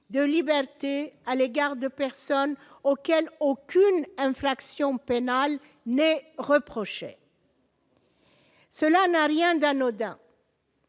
de liberté à l'égard de personnes auxquelles aucune infraction pénale n'est reproché. Cela n'a rien d'anodin.